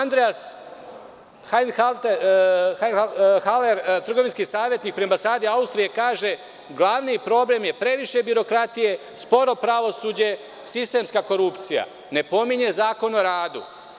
Andreas Hajvenhaver, trgovinski savetnik pri ambasadi Austrije kaže – glavni problem je previše birokratije, sporo pravosuđe, sistemska korupcija, ne pominje Zakon o radu.